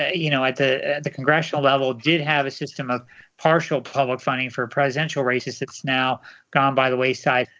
ah you know at the the congressional level did have a system of partial public funding for presidential races. it's now gone by the wayside.